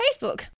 Facebook